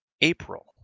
April